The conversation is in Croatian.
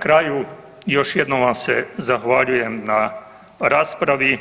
kraju još jednom vam se zahvaljujem na raspravi